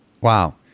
Wow